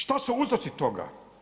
Šta su uzroci toga?